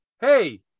hey